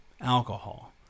alcohol